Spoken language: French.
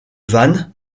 vannes